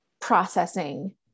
processing